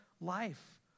Life